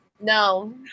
No